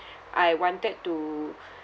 I wanted to